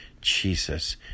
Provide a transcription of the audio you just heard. Jesus